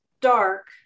dark